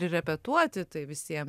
repetuoti tai visiem